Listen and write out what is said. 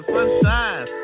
Sunshine